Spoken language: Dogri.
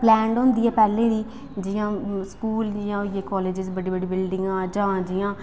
प्लैन्ड होंदी ऐ पैह्लें दी जि''यां स्कूल जि'यां दिक्खो बड्डी बड्डी बिल्डिंगां जां जि'यां